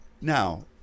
Now